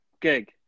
gig